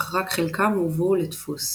אך רק חלקם הובאו לדפוס.